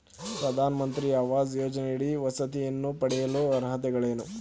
ಪ್ರಧಾನಮಂತ್ರಿ ಆವಾಸ್ ಯೋಜನೆಯಡಿ ವಸತಿಯನ್ನು ಪಡೆಯಲು ಅರ್ಹತೆಗಳೇನು?